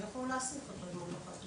אי-אפשר להעסיק אותו אם הוא לא חתום.